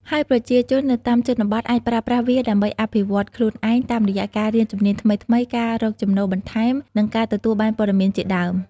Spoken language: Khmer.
ហើយប្រជាជននៅតាមជនបទអាចប្រើប្រាស់វាដើម្បីអភិវឌ្ឍខ្លួនឯង តាមរយៈការរៀនជំនាញថ្មីៗ ការរកចំណូលបន្ថែម និងការទទួលបានព័ត៌មានជាដើម។